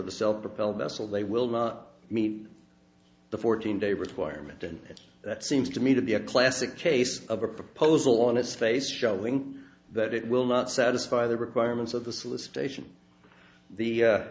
the self propelled vessel they will not meet the fourteen day requirement and that seems to me to be a classic case of a proposal on its face showing that it will not satisfy the requirements of the solicitation the